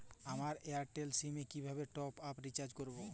আমার Airtel sim এ কিভাবে টপ আপ রিচার্জ করবো?